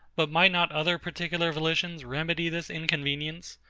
but might not other particular volitions remedy this inconvenience?